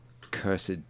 cursed